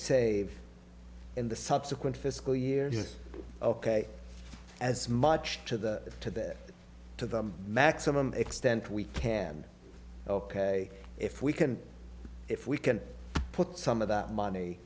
save in the subsequent fiscal year is ok as much to the to that to the maximum extent we can ok if we can if we can put some of that money